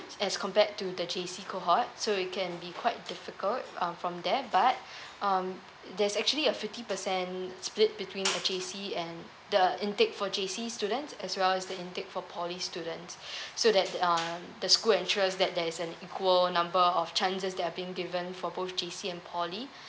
as compared to the J_C cohort so he can be quite difficult um from there but um there's actually a fifty percent split between the J_C and the intake for J_C students as well as the intake for poly students so that's um the school ensures that there's an equal number of chances they are being given for both J_C and poly